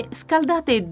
scaldate